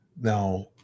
Now